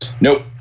Nope